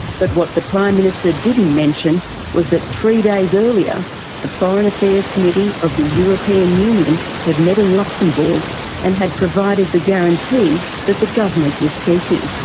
but what the prime minister didn't mention was that three days earlier the foreign affairs committee of the european union had met in luxembourg and had provided the guarantee that the government was seeking.